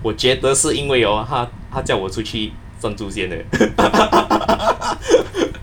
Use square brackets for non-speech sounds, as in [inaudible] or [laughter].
我觉得是因为 hor 他他叫我出去站着先 [laughs]